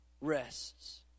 rests